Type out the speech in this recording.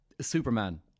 Superman